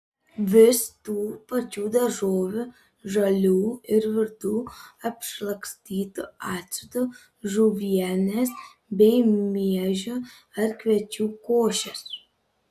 vis tų pačių daržovių žalių ir virtų apšlakstytų actu žuvienės bei miežių ar kviečių košės